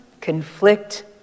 conflict